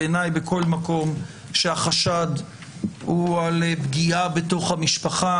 בעיניי בכל מקום שהחשד הוא על פגיעה בתוך המשפחה,